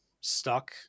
stuck